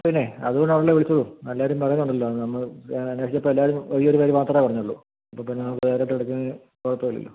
പിന്നെ അതോണ്ടാണല്ലോ വിളിച്ചതും എല്ലാവരും പറയുന്നുണ്ടല്ലോ നമ്മൾ ഞാൻ അന്വേഷിച്ചപ്പോൾ എല്ലാവരും ഈ ഒരു പേര് മാത്രമേ പറഞ്ഞുള്ളു അപ്പോൾ പിന്നെ നമുക്ക് റായിട്ട് എടുക്കുന്നതിന് കുഴപ്പമില്ലല്ലോ